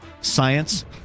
science